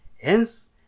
Hence